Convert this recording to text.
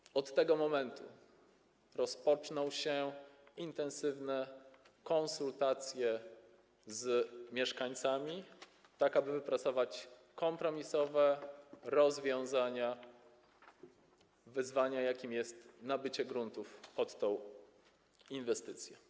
I od tego momentu rozpoczną się intensywne konsultacje z mieszkańcami, tak aby wypracować kompromisowe rozwiązania dotyczące wyzwania, jakim jest nabycie gruntów pod tę inwestycję.